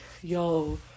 yo